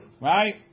Right